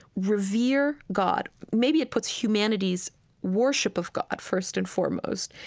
revere god maybe it puts humanity's worship of god first and foremost.